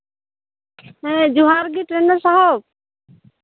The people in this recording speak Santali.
ᱦᱮᱸ ᱡᱚᱦᱟᱨ ᱜᱮ ᱴᱨᱮᱱᱰᱟᱨ ᱥᱟᱦᱮᱵ